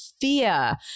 fear